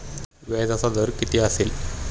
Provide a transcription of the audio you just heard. व्याजाचा दर किती असेल?